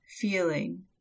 feeling